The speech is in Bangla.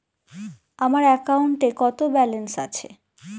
আমার অ্যাকাউন্টে কত ব্যালেন্স আছে?